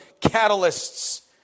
catalysts